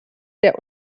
der